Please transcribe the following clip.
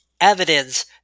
evidence